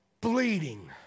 bleeding